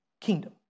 kingdom